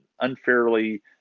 unfairly